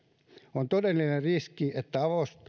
on todellinen riski että